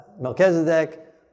Melchizedek